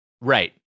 Right